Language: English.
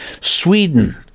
Sweden